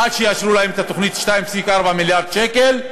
עד שיאשרו להם את התוכנית של 2.4 מיליארד שקל.